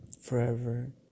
forever